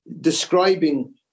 describing